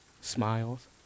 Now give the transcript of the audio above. smiles